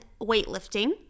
weightlifting